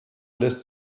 lässt